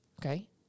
Okay